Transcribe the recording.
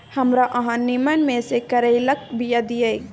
हमरा अहाँ नीमन में से करैलाक बीया दिय?